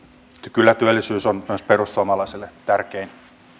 kyllä työllisyys on myös perussuomalaisille tärkein